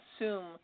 assume